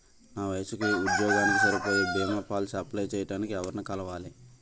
నా వయసుకి, ఉద్యోగానికి సరిపోయే భీమా పోలసీ అప్లయ్ చేయటానికి ఎవరిని కలవాలి?